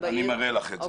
אני מראה לך את זה.